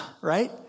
right